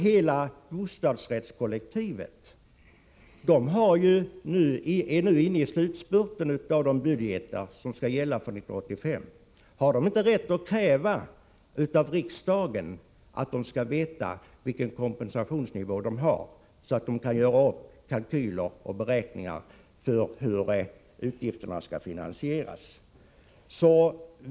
Hela bostadsrättskollektivet är nu inne i slutspurten av arbetet på de budgeter som skall gälla för 1985. Har de inte rätt att kräva av riksdagen att de skall få veta vilken kompensationsnivå som gäller för dem, så att de kan göra upp kalkyler av hur utgifterna skall finansieras?